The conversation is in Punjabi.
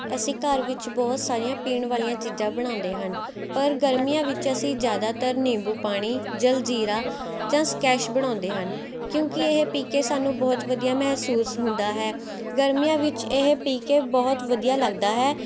ਅਸੀਂ ਘਰ ਵਿੱਚ ਬਹੁਤ ਸਾਰੀਆਂ ਪੀਣ ਵਾਲੀਆਂ ਚੀਜ਼ਾਂ ਬਣਾਉਂਦੇ ਹਨ ਪਰ ਗਰਮੀਆਂ ਵਿੱਚ ਅਸੀਂ ਜ਼ਿਆਦਾਤਰ ਨਿੰਬੂ ਪਾਣੀ ਜਲਜੀਰਾ ਜਾਂ ਸਕੈਸ਼ ਬਣਾਉਂਦੇ ਹਨ ਕਿਉਂਕਿ ਇਹ ਪੀ ਕੇ ਸਾਨੂੰ ਬਹੁਤ ਵਧੀਆ ਮਹਿਸੂਸ ਹੁੰਦਾ ਹੈ ਗਰਮੀਆਂ ਵਿੱਚ ਇਹ ਪੀ ਕੇ ਬਹੁਤ ਵਧੀਆ ਲੱਗਦਾ ਹੈ